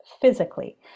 physically